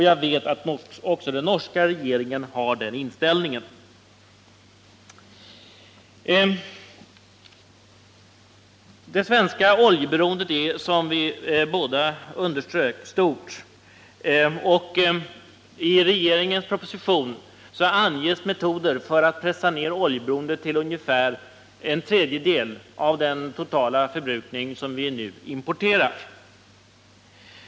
Jag vet att också den norska regeringen har en likartad inställning. Det svenska oljeberoendet är, som vi båda underströk, stort. I propositionen anges metoder för att pressa ned oljeberoendet till ungefär en tredjedel av den totala mängd som vi nu importerar.